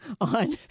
on